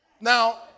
Now